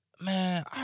man